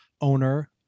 owner